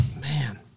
Man